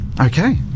Okay